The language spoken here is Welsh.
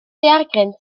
daeargryn